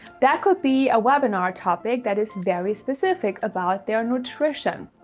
that could be a webinar topic that is very specific about their nutrition.